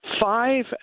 five